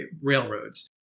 railroads